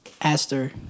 Aster